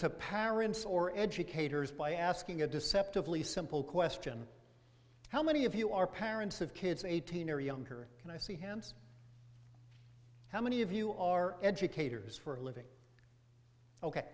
to parents or educators by asking a deceptively simple question how many of you are parents of kids eighteen or younger and i see him how many of you are educators for a living ok